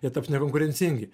jie taps nekonkurencingi